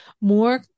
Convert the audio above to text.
more